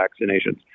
vaccinations